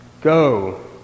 Go